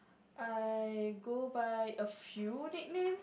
I go by a few nicknames